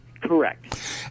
Correct